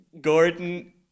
gordon